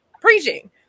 preaching